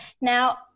now